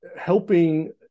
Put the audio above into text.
helping